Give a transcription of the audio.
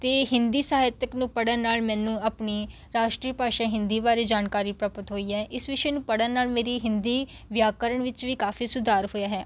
ਅਤੇ ਹਿੰਦੀ ਸਾਹਿਤਕ ਨੂੰ ਪੜ੍ਹਨ ਨਾਲ ਮੈਨੂੰ ਆਪਣੀ ਰਾਸ਼ਟਰੀ ਭਾਸ਼ਾ ਹਿੰਦੀ ਬਾਰੇ ਜਾਣਕਾਰੀ ਪ੍ਰਾਪਤ ਹੋਈ ਹੈ ਇਸ ਵਿਸ਼ੇ ਨੂੰ ਪੜ੍ਹਨ ਨਾਲ ਮੇਰੀ ਹਿੰਦੀ ਵਿਆਕਰਨ ਵਿੱਚ ਵੀ ਕਾਫ਼ੀ ਸੁਧਾਰ ਹੋਇਆ ਹੈ